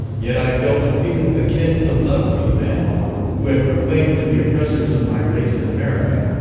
yet i felt a feeling akin to love for the man who had proclaimed to the oppressors of my race in america,